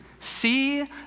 See